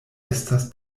estas